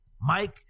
Mike